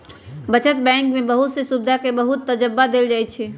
बचत बैंक में बहुत से सुविधा के बहुत तबज्जा देयल जाहई